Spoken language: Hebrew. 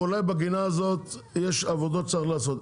אולי בגינה הזאת יש עבודות שצריך לעשות.